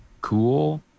Cool